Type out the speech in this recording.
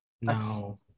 No